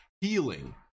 healing